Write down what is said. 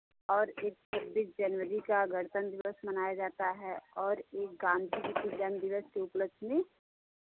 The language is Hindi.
और एक छब्बीस जनवरी का गणतंत्र दिवस मनाया जाता है और एक गांधी जी के जन्म दिवस के उपलक्ष्य में